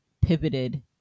pivoted